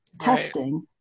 testing